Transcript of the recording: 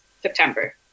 September